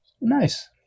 Nice